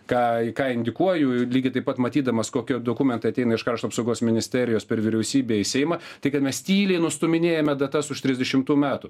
ką ką indikuoju lygiai taip pat matydamas kokie dokumentai ateina iš krašto apsaugos ministerijos per vyriausybę į seimą tai kad mes tyliai nustūminėjame datas už trisdešimtų metų